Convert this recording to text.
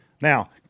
Now